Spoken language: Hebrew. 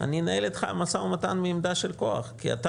אני אנהל אתך משא ומתן מעמדה של כוח כי אתה